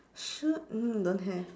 shirt mm don't have